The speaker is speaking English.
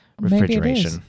Refrigeration